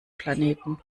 planeten